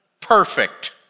perfect